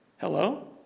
Hello